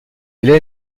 hélène